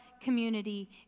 community